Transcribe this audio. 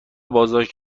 بازداشت